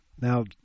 Now